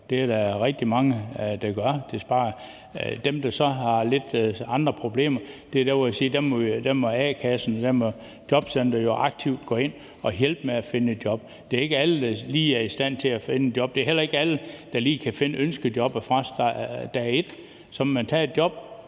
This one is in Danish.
det, jeg siger, at i forhold til dem, der har lidt andre problemer, må a-kassen og jobcenteret jo aktivt gå ind og hjælpe dem med at finde et job. Det er ikke alle, der lige er i stand til at finde et job. Det er heller ikke alle, der lige kan finde ønskejobbet fra dag et – så må man tage et job,